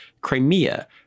Crimea